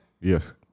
Yes